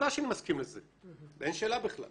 מה שאמר חבר הכנסת פריג' לפני כמה דקות,